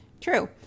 true